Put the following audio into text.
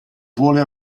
vuole